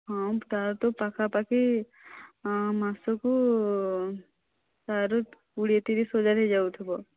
ହଁ ତା'ର ତ ପାଖାପାଖି ମାସକୁ ତାର କୋଡ଼ିଏ ତିରିଶ ହଜାର ହୋଇ ଯାଉଥିବ